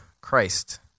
Christ